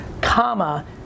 Comma